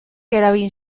eragin